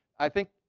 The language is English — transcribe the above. i think,